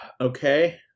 Okay